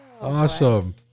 Awesome